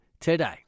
today